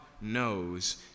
knows